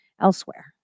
elsewhere